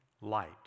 light